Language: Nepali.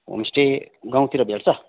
होमस्टे गाउँतिर भेट्छ